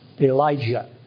Elijah